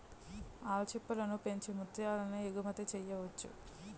ఆల్చిప్పలను పెంచి ముత్యాలను ఎగుమతి చెయ్యొచ్చు